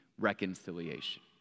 reconciliation